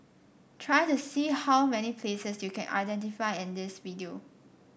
try to see how many places you can identify in his video